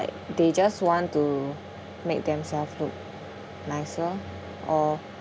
they just want to make themselves look nicer or